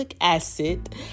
acid